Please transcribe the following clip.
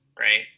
right